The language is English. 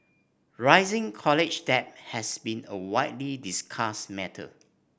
rising college debt has been a widely discussed matter